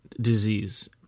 disease